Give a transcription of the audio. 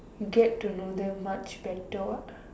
you get to know them much better